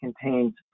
contains